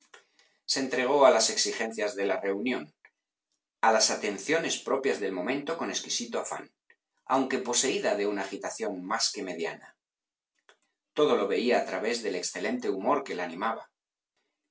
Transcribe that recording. se entregó a las exigencias de la reunión a las atenciones propias del momento con exquisito afán aunque poseída de una agitación más que mediana todo lo veía a través del excelente humor que la animaba